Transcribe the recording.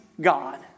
God